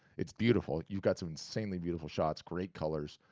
it's beautiful. you've got some insanely beautiful shots, great colors.